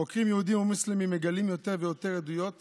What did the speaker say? חוקרים יהודים ומוסלמים מגלים יותר ויותר עדויות